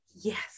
yes